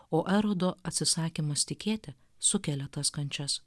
o erodo atsisakymas tikėti sukelia tas kančias